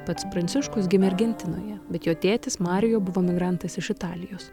pats pranciškus gimė argentinoje bet jo tėtis mario buvo migrantas iš italijos